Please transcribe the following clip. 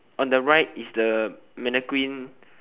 on the right is the mannequin